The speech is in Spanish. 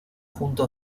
junto